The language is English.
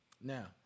Now